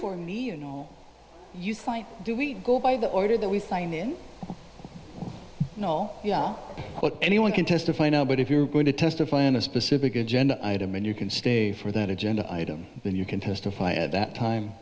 before me you know do we go by the order that we signed in no anyone can testify no but if you're going to testify in a specific agenda item and you can stay for that agenda item then you can testify at that time